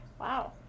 Wow